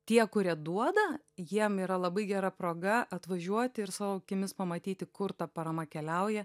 tie kurie duoda jiem yra labai gera proga atvažiuoti ir savo akimis pamatyti kur ta parama keliauja